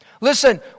Listen